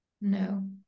No